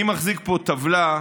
אני מחזיק פה טבלה,